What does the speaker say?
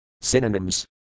Synonyms